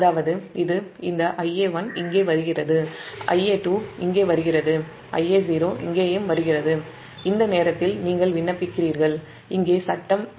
அதாவது இந்த Ia1 இங்கே வருகிறது Ia2 இங்கே வருகிறது Ia0 இங்கேயும் வருகிறது இந்த நேரத்தில் நீங்கள் விண்ணப்பிக்கிறீர்கள் இங்கே ஃபேஸ்